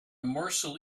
morsel